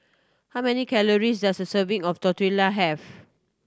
how many calories does a serving of Tortilla have